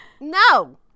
no